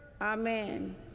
amen